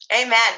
Amen